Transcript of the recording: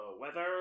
weather